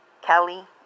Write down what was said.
Kelly